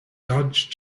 dodge